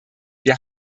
wir